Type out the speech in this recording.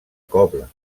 cobla